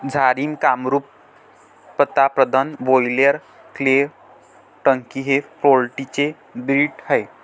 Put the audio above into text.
Jharsim, Kamrup, Pratapdhan, broiler, quail, turkey हे poultry चे breed आहेत